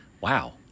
Wow